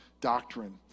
doctrine